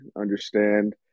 understand